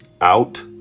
out